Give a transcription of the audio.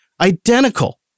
identical